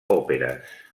òperes